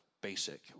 basic